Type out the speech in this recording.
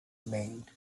maid